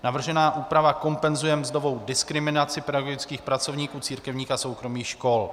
Navržená úprava kompenzuje mzdovou diskriminaci pedagogických pracovníků církevních a soukromých škol.